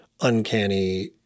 uncanny